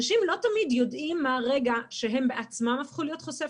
אנשים לא תמיד יודעים מה הרגע שהם בעצמם הפכו להיות חושף